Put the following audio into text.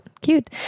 cute